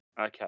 Okay